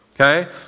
Okay